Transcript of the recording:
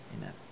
amen